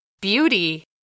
Beauty